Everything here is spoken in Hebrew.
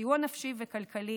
סיוע נפשי וכלכלי